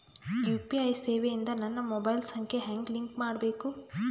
UPI ಸೇವೆ ಇಂದ ನನ್ನ ಮೊಬೈಲ್ ಸಂಖ್ಯೆ ಹೆಂಗ್ ಲಿಂಕ್ ಮಾಡಬೇಕು?